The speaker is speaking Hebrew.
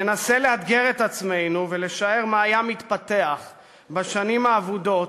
ננסה לאתגר את עצמנו ולשער מה היה מתפתח בשנים האבודות